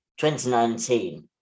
2019